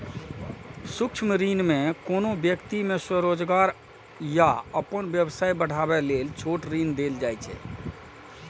सूक्ष्म ऋण मे कोनो व्यक्ति कें स्वरोजगार या अपन व्यवसाय बढ़ाबै लेल छोट ऋण देल जाइ छै